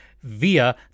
via